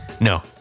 No